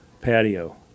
patio